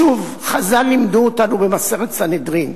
שוב, חז"ל לימדו אותנו במסכת סנהדרין: